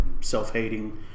self-hating